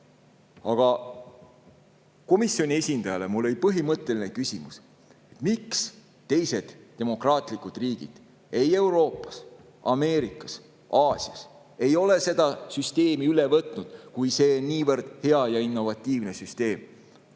Aga komisjoni esindajale oli mul põhimõtteline küsimus: miks teised demokraatlikud riigid ei Euroopas, Ameerikas ega Aasias ei ole seda süsteemi üle võtnud, kui see on niivõrd hea ja innovatiivne süsteem?